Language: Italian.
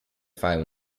fare